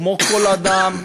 כמו אל כל אדם,